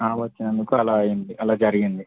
ఆవు వచ్చినందుకు అలా అయింది అలా జరిగింది